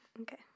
Okay